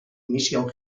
mission